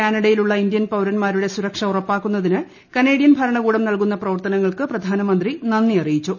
കാനഡയിലുള്ള Indian പൌരന്മാരുടെ സുരക്ഷ ഉറപ്പാക്കുന്നതിന് കനേഡിയൻ ഭരണകൂടം നൽകുന്ന പ്രവർത്തനങ്ങൾക്ക് പ്രധാനമന്ത്രി നന്ദി അറിയിച്ചു